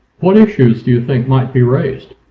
what issues do you think might be raised?